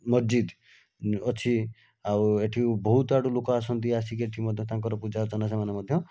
ମସଜିଦ୍ ଅଛି ଆଉ ଏଠି ବହୁତ ଆଡ଼ୁ ଲୋକ ଆସନ୍ତି ଆସିକି ଏଠି ମଧ୍ୟ ତାଙ୍କର ପୂଜାର୍ଚ୍ଚନା ସେମାନେ ମଧ୍ୟ